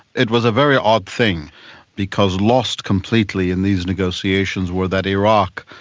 it was a very odd thing because lost completely in these negotiations were that iraq,